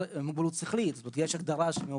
למוגבלות שכלית יש הגדרה מאוגדת.